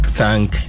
thank